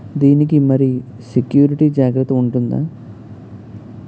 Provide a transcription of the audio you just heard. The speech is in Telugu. దీని కి మరి సెక్యూరిటీ జాగ్రత్తగా ఉంటుందా?